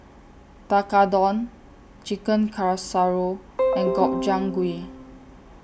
Tekkadon Chicken Casserole and Gobchang Gui